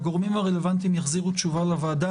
הגורמים הרלוונטיים יחזירו תשובה לוועדה